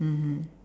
mmhmm